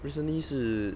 recently 是